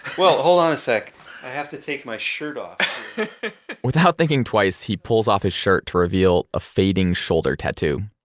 well, hold on a sec, i have to take my shirt off without thinking twice, he pulls off his shirt to reveal a fading shoulder tattoo.